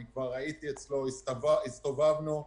הייתי אצלו והסתובבנו.